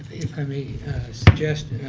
if i mean suggest,